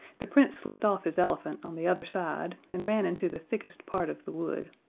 the prince slipped off his elephant on the other side and ran into the thickest part of the wood.